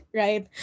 right